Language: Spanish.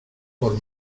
por